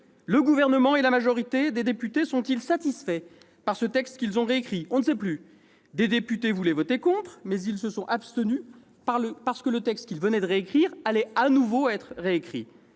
Le Gouvernement et la majorité des députés sont-ils satisfaits par ce texte qu'ils ont réécrit ? On ne sait plus ! Des députés voulaient voter contre, mais ils se sont abstenus, parce que le texte qu'ils venaient de réécrire allait de nouveau être réécrit.